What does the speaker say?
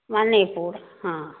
मणिपुर हँ